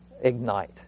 ignite